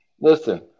Listen